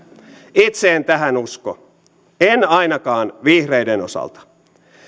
itse en tähän usko en ainakaan vihreiden osalta